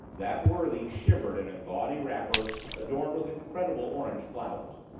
that worthy shivered in a gaudy wrapper adorned with incredible orange flowers,